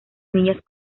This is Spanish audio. niñas